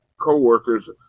co-workers